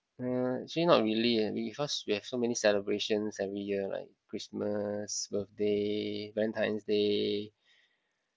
uh actually not really eh because we have so many celebrations every year like christmas birthday valentines day